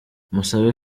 musabe